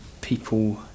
people